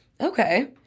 Okay